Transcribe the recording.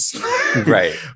right